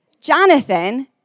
Jonathan